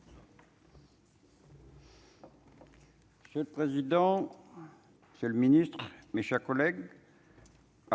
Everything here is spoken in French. minutes. Le président, c'est le ministre, mes chers collègues.